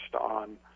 on